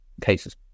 cases